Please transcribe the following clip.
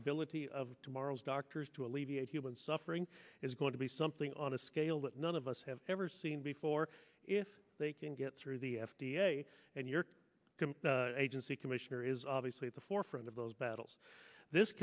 ability of tomorrow's doctors to alleviate human suffering is going to be something on a scale that none of us have ever seen before if they can get through the f d a and your agency commissioner is obviously at the forefront of those battles this